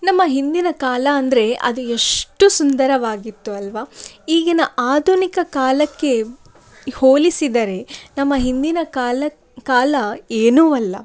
ನಮ್ಮ ಹಿಂದಿನ ಕಾಲ ಅಂದರೆ ಅದು ಎಷ್ಟು ಸುಂದರವಾಗಿತ್ತು ಅಲ್ಲವಾ ಈಗಿನ ಆಧುನಿಕ ಕಾಲಕ್ಕೆ ಹೋಲಿಸಿದರೆ ನಮ್ಮ ಹಿಂದಿನ ಕಾಲ ಕಾಲ ಏನೂ ಅಲ್ಲ